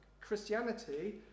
Christianity